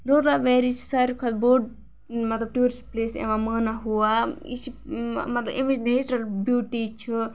Lolab valley چھِ ساروی کھۄتہٕ بوڑ مطلب ٹیورِسٹ پٕلیس یوان مانا ہوا یہِ چھِ مطلب ایمچ نیچرل بیٚوٹی چھُ